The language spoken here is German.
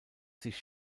sich